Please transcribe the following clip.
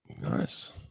nice